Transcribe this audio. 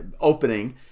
opening